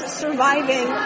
surviving